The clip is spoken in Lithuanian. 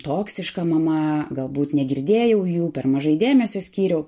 toksiška mama galbūt negirdėjau jų per mažai dėmesio skyriau